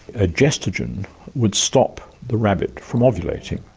a gestagen would stop the rabbit from ovulating.